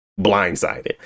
Blindsided